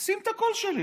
שים את הקול שלי.